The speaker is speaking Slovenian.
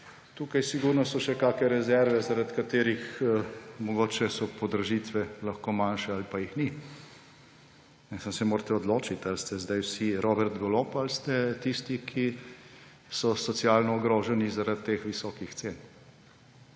Tukaj sigurno so še kakšne rezerve, zaradi katerih mogoče so podražitve lahko manjše ali pa jih ni. Zdaj se morate odločiti, ali ste zdaj vsi Robert Golob, ali ste tisti, ki so socialno ogroženi zaradi teh visokih cen.